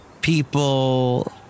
People